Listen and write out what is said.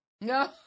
No